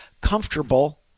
comfortable